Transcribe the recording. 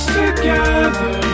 together